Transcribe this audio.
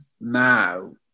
now